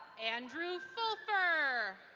andrew fulfer.